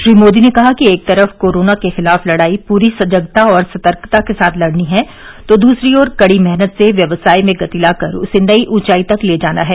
श्री मोदी ने कहा कि एक तरफ कोरोना के खिलाफ लड़ाई पूरी सजगता और सतर्कता के साथ लड़नी है तो दूसरी ओर कड़ी मेहनत से व्यवसाय में गति लाकर उसे नई ऊंचाई तक ले जाना है